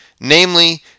Namely